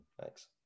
Thanks